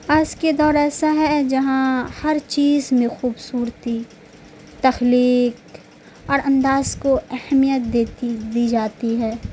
آج کے دور ایسا ہے جہاں ہر چیز میں خوبصورتی تخلیق اور انداز کو اہمیت دیتی دی جاتی ہے